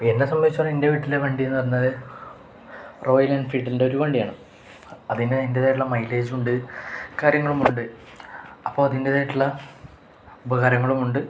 എന്നെ സംബന്ധിച്ച് എൻ്റെ വീട്ടിലെ വണ്ടി എന്നു പറഞ്ഞാല് റോയൽ എൻഫീൽഡിൻ്റെ ഒരു വണ്ടിയാണ് അതിന് അതിന്റേതായിട്ടുള്ള മൈലേജുണ്ട് കാര്യങ്ങളുമുണ്ട് അപ്പോള് അതിൻ്റേതായിട്ടുള്ള ഉപകാരങ്ങളുമുണ്ട്